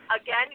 Again